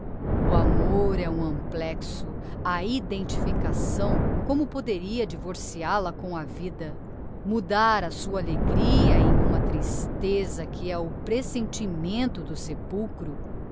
o amor é um amplexo a identificação como poderia divorcial a com a vida mudar a sua alegria em uma tristeza que é como o presentimento do sepulchro